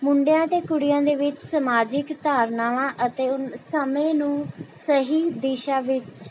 ਮੁੰਡਿਆਂ ਅਤੇ ਕੁੜੀਆਂ ਦੇ ਵਿੱਚ ਸਮਾਜਿਕ ਧਾਰਨਾਵਾਂ ਅਤੇ ਸਮੇਂ ਨੂੰ ਸਹੀ ਦਿਸ਼ਾ ਵਿੱਚ